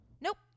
nope